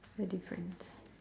a difference